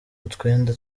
utwenda